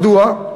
מדוע?